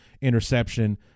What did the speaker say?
interception